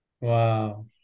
Wow